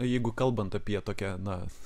jeigu kalbant apie tokią na